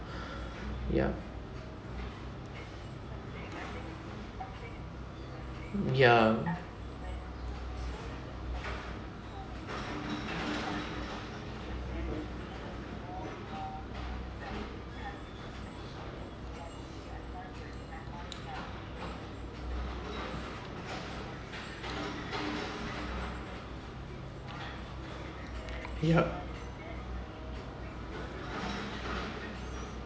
ya ya yup